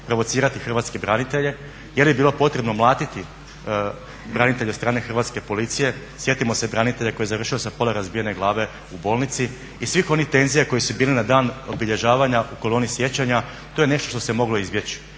provocirati hrvatske branitelje? Jeli bilo potrebe mlatiti branitelje od strane hrvatske policije? Sjetimo se branitelja koji je završio sa pola razbijene glave u bolnici i svih onih tenzija koje su bile na dan obilježavanja u Koloni sjećanja, to je nešto što se moglo izbjeći.